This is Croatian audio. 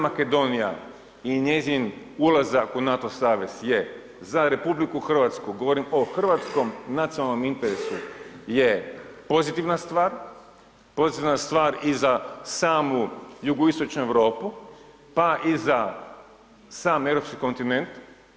Makedonija i njezin ulazak u NATO savez je, za RH, govorim o hrvatskom nacionalnom interesu je pozitivna stvar, pozitivna stvar i za samu jugoistočnu Europu, pa i za sam europski kontinent.